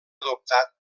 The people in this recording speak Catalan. adoptat